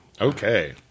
Okay